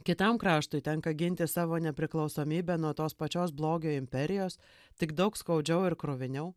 kitam kraštui tenka ginti savo nepriklausomybę nuo tos pačios blogio imperijos tik daug skaudžiau ir kruviniau